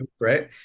right